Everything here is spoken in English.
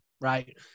Right